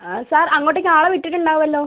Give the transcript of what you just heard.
sir അങ്ങോട്ടേയ്ക്ക് ആളെ വിട്ടിട്ടുണ്ടാവുമല്ലോ